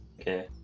Okay